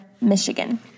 Michigan